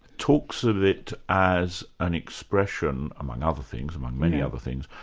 talks of it as an expression, among other things, among many other things,